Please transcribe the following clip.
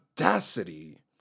audacity